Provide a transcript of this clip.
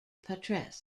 patrese